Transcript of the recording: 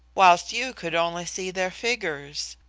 whilst you could only see their figures.